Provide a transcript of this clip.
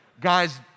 Guys